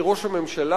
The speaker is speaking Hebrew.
כי ראש הממשלה,